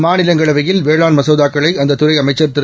மாநிலங்களவையில்வேளாண்மசோதாக்களைஅந்ததுறைஅ மைச்சர்திரு